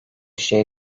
şey